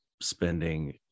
spending